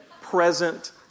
Present